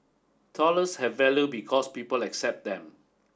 dollars have value because people accept them